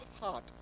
heart